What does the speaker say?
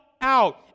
out